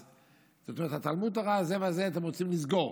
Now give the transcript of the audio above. את תלמוד התורה הזה והזה אתם רוצים לסגור.